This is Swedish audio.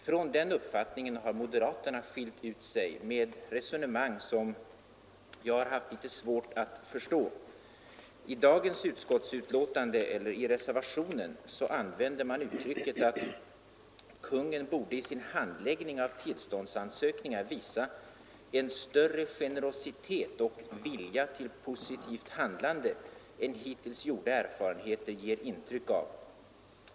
Moderaterna har skilt ut sig från den uppfattningen med ett resonemang som jag har haft litet svårt att förstå. I reservation 1 till det utskottsbetänkande vi nu behandlar använder moderaterna uttrycket att ”Kungl. Maj:t i sin handläggning av tillståndsansökningar bör visa en större generositet och vilja till positivt handlande än hittills gjorda erfarenheter ger intryck av”.